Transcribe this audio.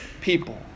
people